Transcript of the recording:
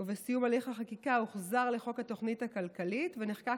ובסיום הליך החקיקה הוחזר לחוק התוכנית הכלכלית ונחקק